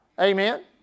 Amen